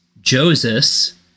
Joseph